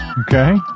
Okay